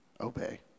obey